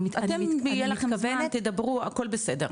אתם יהיה לכם זמן תדברו הכול בסדר.